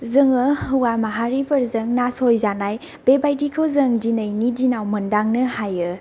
जोङो हौवा माहारिफोरजों नासयजानाय बेबायदिखौ जों दिनैनि दिनाव मोनदांनो हायो